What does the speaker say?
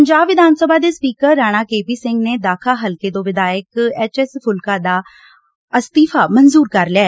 ਪੰਜਾਬ ਵਿਧਾਨ ਸਭਾ ਦੇ speaker Rana K P Singh ਨੇ ਦਾਖ਼ਾ ਹਲਕੇ ਤੋਂ ਵਿਧਾਇਕ ਐਚ ਐਸ ਫੁਲਕਾ ਦਾ ਅਸਤੀਫ਼ਾ ਮਨਜੁਰ ਕਰ ਲਿਐ